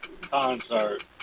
Concert